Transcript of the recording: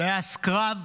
טייס קרב,